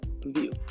view